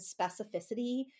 specificity